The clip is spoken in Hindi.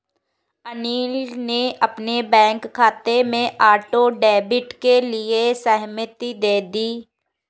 अनिल ने अपने बैंक खाते में ऑटो डेबिट के लिए सहमति दे दी